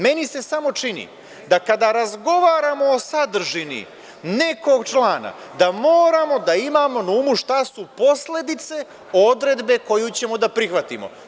Meni se samo čini da kada razgovaramo o sadržini nekog člana, da moramo da imamo na umu šta su posledice odredbe koju ćemo da prihvatimo.